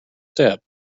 step